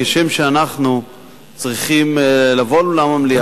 כשם שאנחנו צריכים לבוא לאולם המליאה,